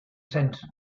cens